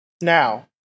now